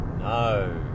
No